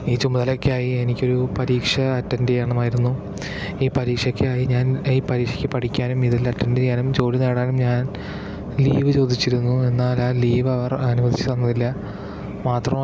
ഈ ചുമതലയൊക്കെയായി എനിക്ക് ഒരു പരീക്ഷ അറ്റന്ഡ് ചെയ്യണമായിരുന്നു ഈ പരീക്ഷക്കായി ഞാന് ഈ പരീക്ഷക്ക് പഠിക്കാനും ഇതില് അറ്റന്ഡ് ചെയ്യാനും ജോലി നേടാനും ഞാന് ലീവ് ചോദിച്ചിരുന്നു എന്നാല് ആ ലീവ് അവര് അനുവദിച്ചു തന്നില്ല മാത്രമല്ല